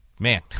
Man